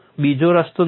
બીજો કોઈ રસ્તો નથી